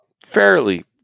fairly